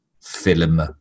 film